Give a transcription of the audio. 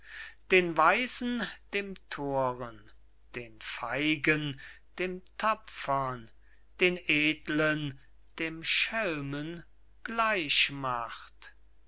den weisen dem thoren den feigen dem tapfern den edlen dem schelmen gleich macht